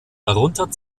darunter